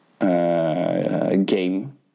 game